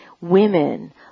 women